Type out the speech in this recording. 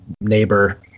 neighbor